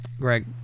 Greg